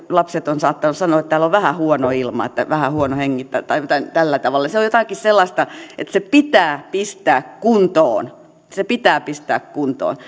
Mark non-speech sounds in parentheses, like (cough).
lapset ovat saattaneet sanoa että täällä on vähän huono ilma on vähän huono hengittää tai tällä tavalla se on jotakin sellaista että se pitää pistää kuntoon se pitää pistää kuntoon (unintelligible)